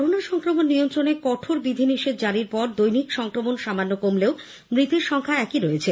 corona সংক্রমণ নিয়ন্ত্রণে রাজ্যে কঠোর বিধিনিষেধ জারির পর দৈনিক সংক্রমণ সামান্য কমলেও মৃতের সংখ্যা একই রয়েছে